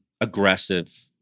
aggressive